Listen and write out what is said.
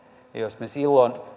ja jos me silloin